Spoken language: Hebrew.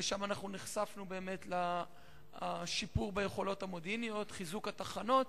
ושם נחשפנו באמת לשיפור ביכולות המודיעיניות ולחיזוק התחנות.